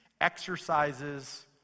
exercises